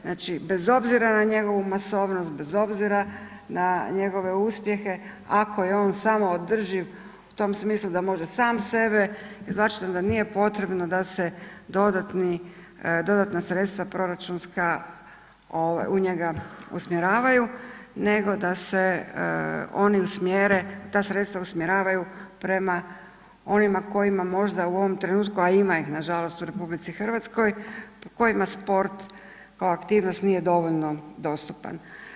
Znači bez obzira na njegovu masovnost, bez obzira na njegove uspjehe, ako je on samoodrživ u tom smislu da može sam sebe izvlačiti onda nije potrebno da se dodatni, dodatna sredstva proračunska ovaj u njega usmjeravaju, nego da se oni usmjere, ta sredstva usmjeravaju prema onima kojima možda u ovom trenutku, a ima ih nažalost u RH kojima sport kao aktivnost nije dovoljno dostupan.